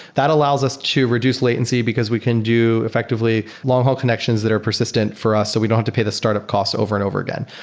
that allows us to reduce latency because we can do effectively long-haul connections that are persistent for us so we don't to pay the startup cost over and over again.